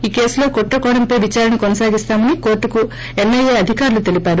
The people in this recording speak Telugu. ఈ కేసులో కుట్రకోణంపై విదారణ కొనసాగిస్తామని కోర్లుకు ఎన్ఐఏ అధికారులు తెలిపారు